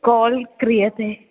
call क्रियते